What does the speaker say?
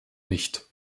nicht